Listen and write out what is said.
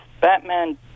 Batman